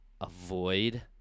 avoid